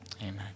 Amen